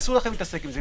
אסור לכם להתעסק עם זה.